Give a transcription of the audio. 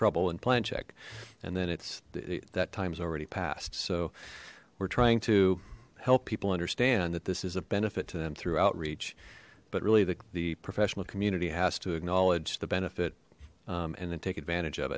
trouble and plan check and then it's that time has already passed so we're trying to help people understand that this is a benefit to them through outreach but really the professional community has to acknowledge the benefit and then take advantage of